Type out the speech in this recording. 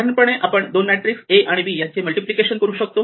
साधारणपणे आपण दोन मॅट्रिक्स A आणि B यांचे मल्टिप्लिकेशन करू शकतो